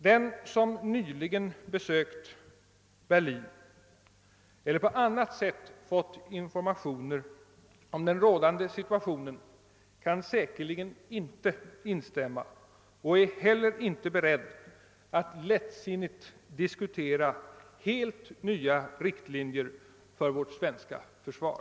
Den som nyligen besökt Berlin eller på annat sätt fått informationer om den rådande situationen där kan säkerligen inte instämma och är heller inte beredd att lättsinnigt diskutera helt nya riktlinjer för vårt svenska försvar.